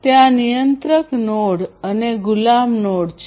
ત્યાં નિયંત્રક નોડ અને ગુલામ નોડ છે